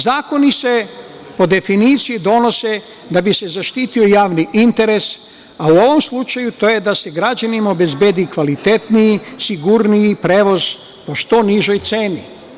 Zakoni se po definiciji donose da bi se zaštitio javni interes, a u ovom slučaju to je da se građanima obezbedi kvalitetniji, sigurniji prevoz po što nižoj ceni.